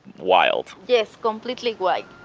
wild yes, completely wild